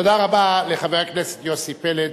תודה רבה לחבר הכנסת יוסי פלד.